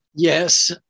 Yes